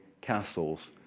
castles